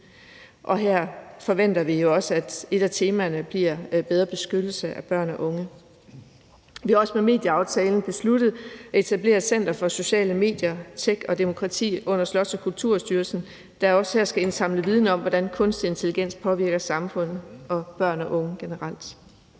og her forventer vi jo også, at et af temaerne bliver bedre beskyttelse af børn og unge. Vi har også med medieaftalen besluttet at etablere Center for sociale medier, tech og demokrati under Slots- og Kulturstyrelsen, der også skal indsamle viden om, hvordan kunstig intelligens påvirker samfundet og børn og unge generelt.